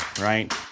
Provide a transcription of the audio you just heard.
right